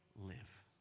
live